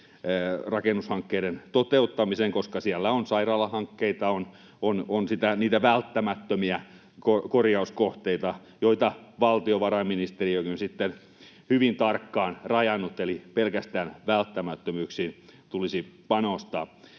rakennushankkeiden toteuttamiseen, koska siellä on sairaalahankkeita, on niitä välttämättömiä korjauskohteita, joita valtiovarainministeriö on hyvin tarkkaan rajannut. Eli pelkästään välttämättömyyksiin tulisi panostaa.